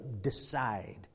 decide